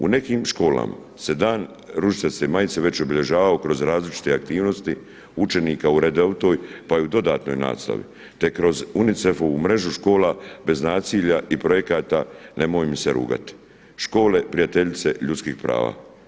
U nekim školama se dan ružičaste majice već obilježavao kroz različite aktivnosti učenika u redovitoj pa i u dodanoj nastavi te kroz UNICEF-ovu mrežu škola bez nasilja i projekata „Nemoj mi se rugati“, škole prijateljice ljudskih prava.